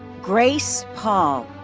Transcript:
grace paul.